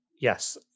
yes